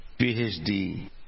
PhD